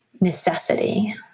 necessity